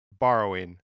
borrowing